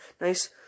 Nice